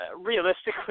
realistically